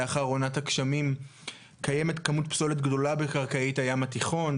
לאחר עונת הגשמים קיימת כמות פסולת גדולה בקרקעית הים התיכון,